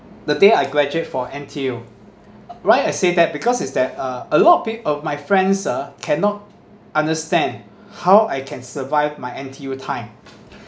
the day I graduate for N_T_U why I say that because is that uh a lot of peo~ of my my friends ah cannot understand how I can survive my N_T_U time